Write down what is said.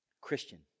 Christian